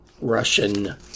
Russian